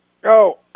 go